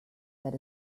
that